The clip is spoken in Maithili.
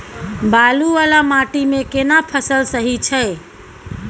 बालू वाला माटी मे केना फसल सही छै?